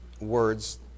words